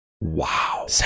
Wow